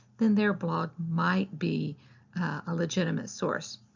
then their blog might be a legitimate source.